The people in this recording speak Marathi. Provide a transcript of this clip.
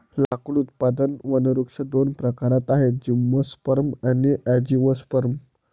लाकूड उत्पादक वनवृक्ष दोन प्रकारात आहेतः जिम्नोस्पर्म आणि अँजिओस्पर्म